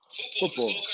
Football